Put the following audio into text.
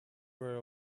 were